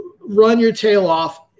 run-your-tail-off